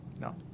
No